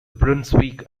brunswick